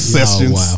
sessions